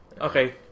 Okay